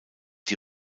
die